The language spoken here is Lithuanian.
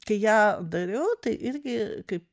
kai ją dariau tai irgi kaip